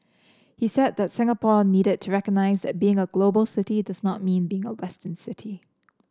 he said that Singapore needed to recognise that being a global city does not mean being a Western city